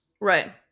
Right